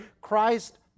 Christ